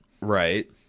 Right